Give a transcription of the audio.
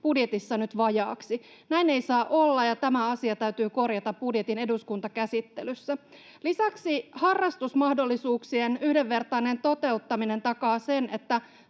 budjetissa nyt vajaaksi. Näin ei saa olla, ja tämä asia täytyy korjata budjetin eduskuntakäsittelyssä. Lisäksi harrastusmahdollisuuksien yhdenvertainen toteuttaminen takaa sen, että